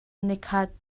nikhat